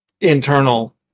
internal